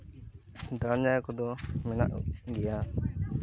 ᱫᱟᱬᱟᱱ ᱡᱟᱭᱜᱟ ᱠᱚᱫᱚ ᱢᱮᱱᱟᱜ ᱜᱮᱭᱟ